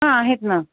हां आहेत ना